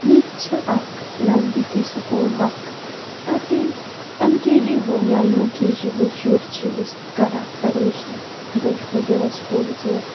ییٚتہِ چھِ اَکھ نزدیٖکٕے سکوٗل اَکھ تَتہِ ییٚلہِ اٮ۪ل کے جی ہُنٛد یا یوٗ کے جی ہُنٛد شُر چھِ أسۍ کَران اٮ۪ڈمِشَن دٲخلہٕ دِوان سکوٗلَس منٛز